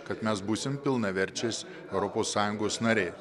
kad mes būsim pilnaverčiais europos sąjungos nariai